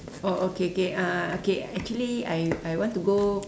oh okay okay uh okay actually I I want to go